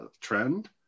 trend